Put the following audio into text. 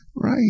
Right